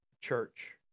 church